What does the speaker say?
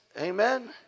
Amen